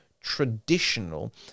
traditional